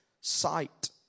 sight